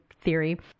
theory